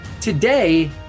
Today